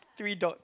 three dot